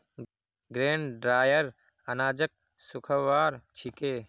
grain dryer अनाजक सुखव्वार छिके